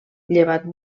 llevat